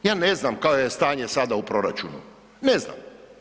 Ja ne znam koje je stanje sada u proračunu, ne znam.